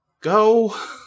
go